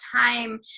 time